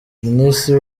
minisitiri